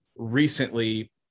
Recently